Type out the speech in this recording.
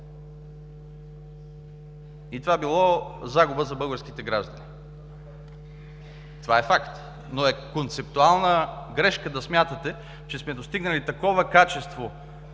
и това било загуба за българските граждани. Това е факт, но е концептуална грешка да смятате, че сме достигнали такова качество